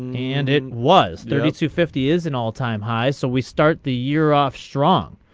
and it was there are two fifty is an all time high so we start the year off strong.